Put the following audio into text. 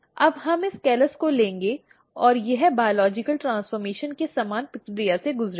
अब हम इस कैलस को लेंगे और यह बायोलॉजिकल ट्रेन्स्फ़र्मेशन के समान प्रक्रिया से गुजरेगा